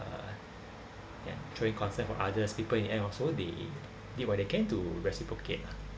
uh showing concern for others people in the end also they did what they can to reciprocate lah